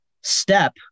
step